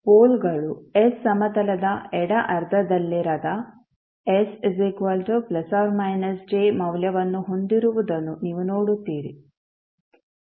ಪೋಲ್ಗಳು s ಸಮತಲದ ಎಡ ಅರ್ಧದಲ್ಲಿರದ s ±j ಮೌಲ್ಯವನ್ನು ಹೊಂದಿರುವುದನ್ನು ನೀವು ನೋಡುತ್ತೀರಿ